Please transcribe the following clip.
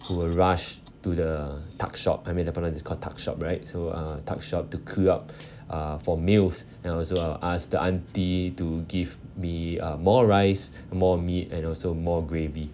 who will rush to the tuckshop I mean in primary is called the tuckshop right so uh tuck shop to queue up uh for meals and also I'll ask the auntie to give me uh more rice more meat and also uh more gravy